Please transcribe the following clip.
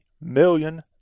million